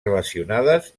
relacionades